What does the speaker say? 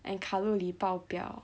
and 卡路里爆表